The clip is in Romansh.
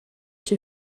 chi